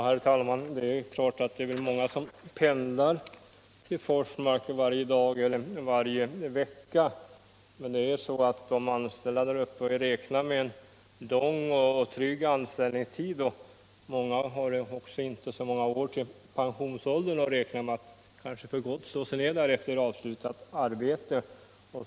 Herr talman! Det är klart att det är många som pendlar till Forsmark varje dag eller varje vecka, men de anställda har räknat med en lång och trygg anställningstid. Många av dem som inte har så lång tid kvar till pensionsåldern har kanske tänkt sig att för gott slå sig ner i Forsmark efter avslutat arbete.